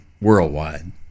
worldwide